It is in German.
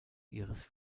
ihres